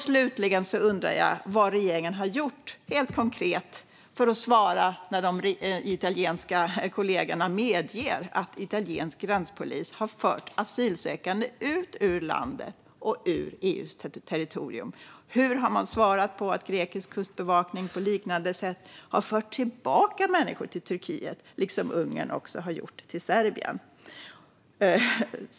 Slutligen undrar jag vad regeringen har gjort - helt konkret - för att svara när de italienska kollegorna medgett att italiensk gränspolis har fört asylsökande ut ur landet och från EU:s territorium. Och hur har man svarat på att grekisk kustbevakning på liknande sätt har fört tillbaka människor till Turkiet, liksom Ungern har gjort till Serbien?